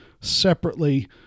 separately